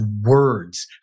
words